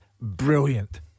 brilliant